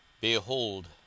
Behold